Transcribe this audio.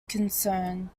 concern